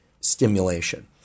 stimulation